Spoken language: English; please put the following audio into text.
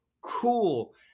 cool